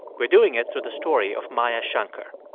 we're doing it through the story of maya shankar.